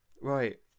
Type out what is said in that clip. Right